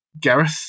Gareth